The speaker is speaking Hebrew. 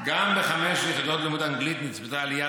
גם בחמש יחידות לימוד אנגלית נצפתה עלייה